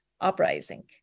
Uprising